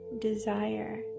desire